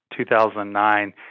2009